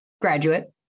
graduate